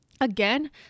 again